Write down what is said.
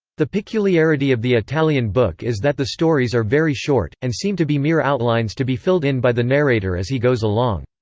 the peculiarity of the italian book is that the stories are very short, and seem to be mere outlines to be filled in by the narrator as he goes along.